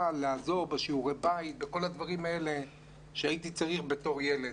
כדי לעזור בשיעורי בית ובכל הדברים האלה כשהייתי צריך כילד.